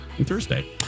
Thursday